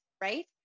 right